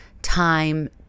time